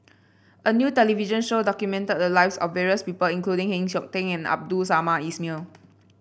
a new television show documented the lives of various people including Heng Siok Tian and Abdul Samad Ismail